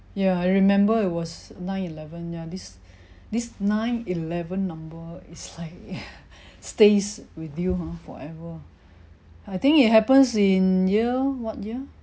ya I remember it was nine eleven ya this this nine eleven number is like stays with you ah forever I think it happens in year what year